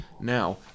Now